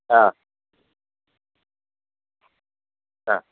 ആ അ